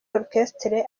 orchestre